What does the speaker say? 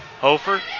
Hofer